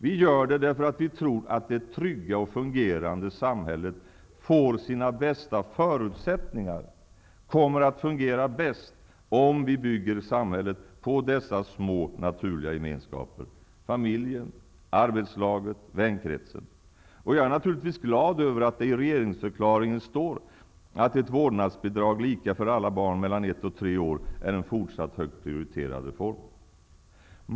Vi gör det därför att vi tror att det trygga och fungerande samhället får sina bästa förutsättningar, kommer att fungera bäst, om vi bygger samhället på dessa små naturliga gemenskaper -- familjen, arbetslaget, vänkretsen. Jag är naturligtvis glad över att det i regeringsförklaringen står att ett vårdnadsbidrag lika för alla barn mellan ett och tre år är en fortsatt högt prioriterad reform.